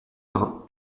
marin